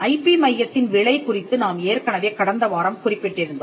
IP மையத்தின் விலை குறித்து நாம் ஏற்கனவே கடந்த வாரம் குறிப்பிட்டிருந்தோம்